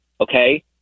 okay